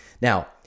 Now